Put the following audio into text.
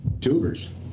Tubers